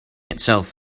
itself